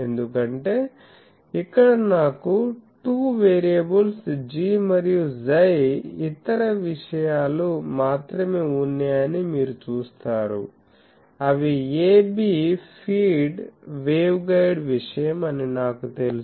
ఎందుకంటే ఇక్కడ నాకు 2 వేరియబుల్స్ G మరియు 𝝌 ఇతర విషయాలు మాత్రమే ఉన్నాయని మీరు చూస్తారు అవి a b ఫీడ్ వేవ్గైడ్ విషయం అని నాకు తెలుసు